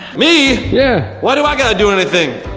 me? yeah why do i gotta do anything?